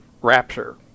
rapture